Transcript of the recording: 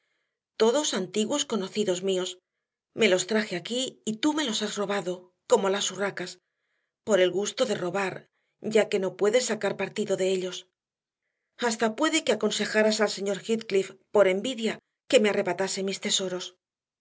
todos antiguos conocidos míos me los traje aquí y tú me los has robado como las urracas por el gusto de robar ya que no puedes sacar partido de ellos hasta puede que aconsejaras al señor heathcliff por envidia que me arrebatase mis tesoros